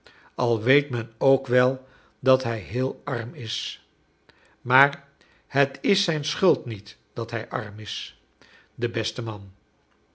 al weet men ook wel dat hij heel arm is maar het is zijn schuld niet dat hij arm is de beste man